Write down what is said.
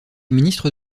ministre